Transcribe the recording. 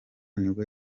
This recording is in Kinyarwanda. nibwo